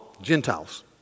Gentiles